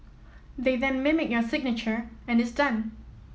they then mimic your signature and it's done